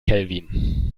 kelvin